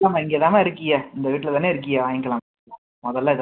இல்லைம்மா இங்க தாம்மா இருக்கீக இந்த வீட்டில் தானே இருக்கீக வாங்கிக்கலாம் முதல்ல இதை